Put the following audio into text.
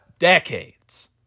Decades